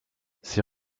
ces